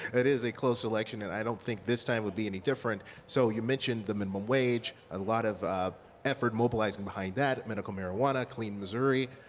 it is a close election and i don't think this time would be any different. so you mentioned the minimum wage, a lot of effort mobilizing behind that. medical marijuana, clean missouri,